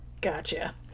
Gotcha